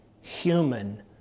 human